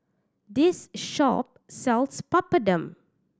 this shop sells Papadum